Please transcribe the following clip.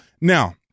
Now